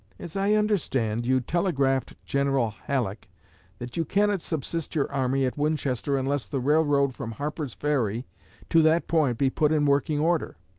as i understand, you telegraphed general halleck that you cannot subsist your army at winchester unless the railroad from harper's ferry to that point be put in working order.